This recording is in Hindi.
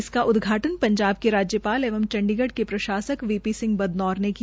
इसका उदघाटन पंजाब के राज्यपाल एवं चंडीगढ़ के प्रशासक वी पी सिंह बदनौर ने किया